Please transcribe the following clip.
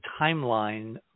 timeline